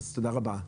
תודה רבה.